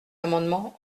amendement